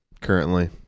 Currently